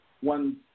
one